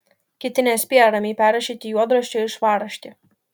kiti nespėja ramiai perrašyti juodraščio į švarraštį